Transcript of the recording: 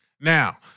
Now